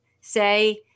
say